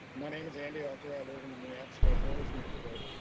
my name is andy elter, i live in the neabsco hills neighborhood.